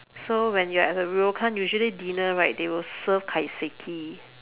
so when you at the ryokan usually dinner right they will serve kaiseki